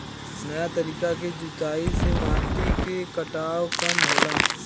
नया तरीका के जुताई से माटी के कटाव कम होला